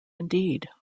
indeed